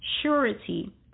surety